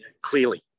clearly